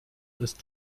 ist